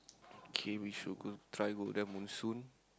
K we should try go there monsoon